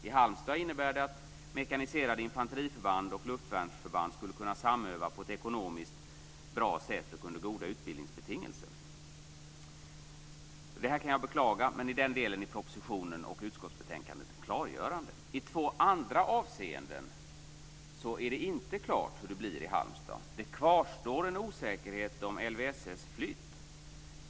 Den innebär i Halmstad att mekaniserade infanteriförband och luftvärnsförband skulle kunna samöva på ett ekonomiskt bra sätt och under goda utbildningsbetingelser. Jag kan beklaga det här, men i den delen är propositionen och utskottsbetänkandet klargörande. I två andra avseenden är det inte klart hur det blir i Halmstad. Det kvarstår en osäkerhet om LvSS flytt.